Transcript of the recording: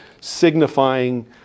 signifying